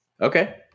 Okay